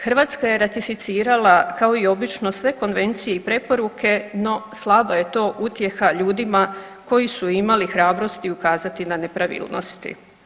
Hrvatska je ratificirala kao i obično sve konvencije i preporuke, no slaba je to utjeha ljudima koji su imali hrabrosti ukazati na nepravilnosti.